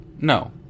No